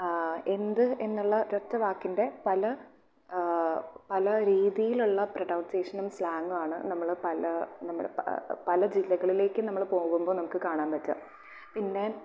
എന്ത് എന്നുള്ള ഒരൊറ്റ വാക്കിൻ്റെ പല പല രീതിയിലുള്ള പ്രെനോൻസിയഷനും സ്ലാങ്ങും ആണ് നമ്മള് പല നമ്മുടെ പല ജില്ലകളിലേക്കും നമ്മൾ പോകുമ്പോൾ നമുക്ക് കാണാൻ പറ്റുക പിന്നെ